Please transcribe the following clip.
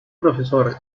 profesor